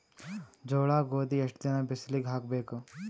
ಜೋಳ ಗೋಧಿ ಎಷ್ಟ ದಿನ ಬಿಸಿಲಿಗೆ ಹಾಕ್ಬೇಕು?